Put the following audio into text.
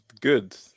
good